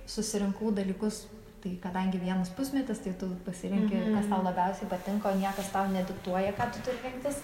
susirinkau dalykus tai kadangi vienas pusmetis tai tu pasirinki kas tau labiausiai patinka o niekas tau nediktuoja ką tu turi rinktis